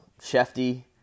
Shefty